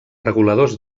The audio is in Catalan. reguladors